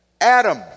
Adam